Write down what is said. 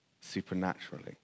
supernaturally